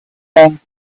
thing